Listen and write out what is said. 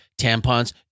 tampons